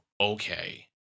okay